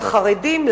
לחרדים,